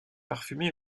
parfumé